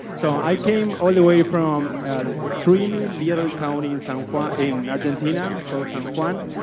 so i came all the way from extremely little town in san quan in argentina called san juan.